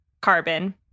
carbon